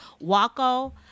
waco